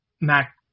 Mac